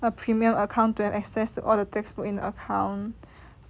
premium account to have access to all the textbook in the account